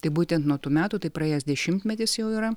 tai būtent nuo tų metų tai praėjęs dešimtmetis jau yra